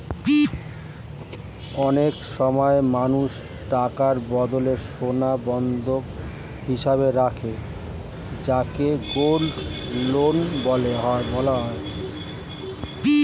অনেক সময় মানুষ টাকার বদলে সোনা বন্ধক হিসেবে রাখে যাকে গোল্ড লোন বলা হয়